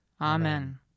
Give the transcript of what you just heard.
Amen